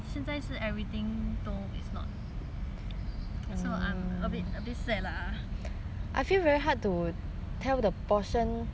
so I'm a bit a bit sad lah